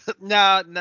no